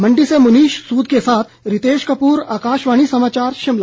मंडी से मुनीश सूद के साथ रितेश कपूर आकाशवाणी समाचार शिमला